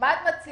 מה את מציעה?